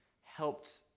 helped